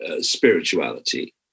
spirituality